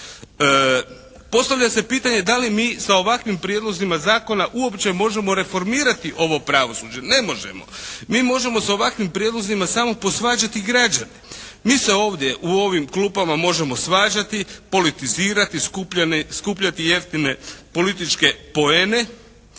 Postavlja se pitanje da li mi sa ovakvim prijedlozima zakona uopće možemo reformirati ovo pravosuđe. Ne možemo. Mi možemo sa ovakvim prijedlozima samo posvađati građane. Mi se ovdje u ovim klupama možemo svađati, politizirati, skupljati jeftine političke poene